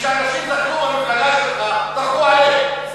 כשאנשים בחרו במפלגה שלך, דרכו עליהם.